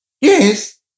Yes